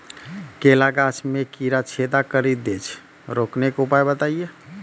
केला गाछ मे कीड़ा छेदा कड़ी दे छ रोकने के उपाय बताइए?